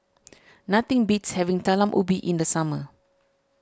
nothing beats having Talam Ubi in the summer